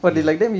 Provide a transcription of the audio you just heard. ya